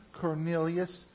Cornelius